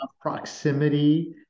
proximity